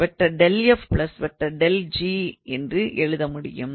∇⃗𝑔 என்பதை தேவையான தீர்வாக நான் எழுத முடியும்